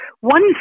one